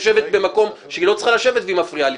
היא יושבת במקום שהיא לא צריכה לשבת והיא מפריעה לי.